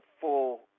full